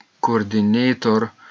coordinator